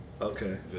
Okay